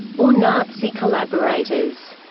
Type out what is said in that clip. or nazi collaborators.